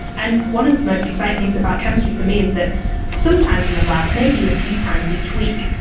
and one of the most exciting things about chemistry for me is that sometimes in the lab, maybe a few times each week,